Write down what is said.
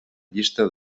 llista